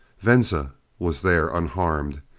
venza was there, unharmed.